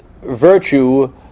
virtue